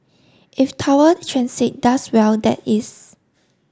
if Tower Transit does well that is